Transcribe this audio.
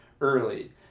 early